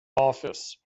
office